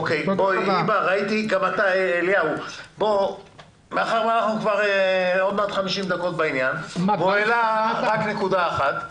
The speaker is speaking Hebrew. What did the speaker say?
מאחר ואנחנו דנים על זה כבר כמעט 50 דקות והוא העלה רק נקודה אחת,